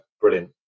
Brilliant